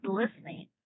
listening